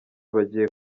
bagiye